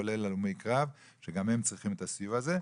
כולל הלומי קרב שגם הם צריכים את הסיוע הזה.